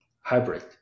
Hybrid